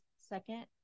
second